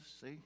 See